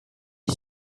est